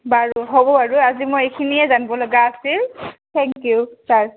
বাৰু হ'ব বাৰু আজি মই এইখিনিয়ে জানিব লগা আছিল থেংক ইউ ছাৰ